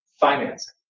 financing